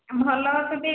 ଆଉ ଭଲ ଅଛନ୍ତି